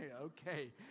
Okay